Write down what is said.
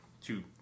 two